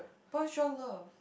boys drunk love